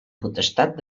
potestat